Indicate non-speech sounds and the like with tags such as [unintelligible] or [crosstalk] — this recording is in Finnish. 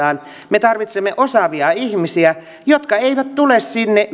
me tarvitsemme myös ulkomaista know howta vaasaan me tarvitsemme osaavia ihmisiä jotka eivät tule sinne [unintelligible]